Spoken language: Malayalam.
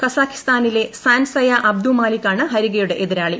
കസാഖിസ്ഥാനിലെ സാൻസയാ അബ്ദുമാലിക്കാണ് ഹരികയുടെ എതിരാളി